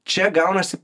čia gaunasi